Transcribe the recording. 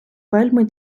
вельми